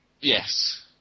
Yes